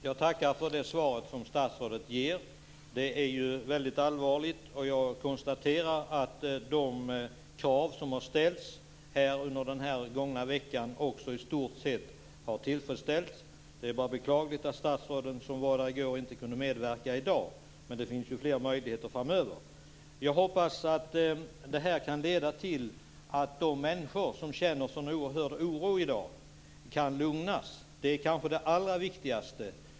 Herr talman! Jag tackar för det svar som statsrådet ger. Läget är ju väldigt allvarligt, och jag konstaterar att de krav som har ställts under den gångna veckan i stort sett har tillfredsställts. Det är bara beklagligt att de statsråd som besökte området i går inte kunde medverka i dag, men det finns ju fler möjligheter framöver. Jag hoppas att det här kan leda till att de människor som känner en sådan oerhörd oro i dag kan lugnas. Det är kanske det allra viktigaste.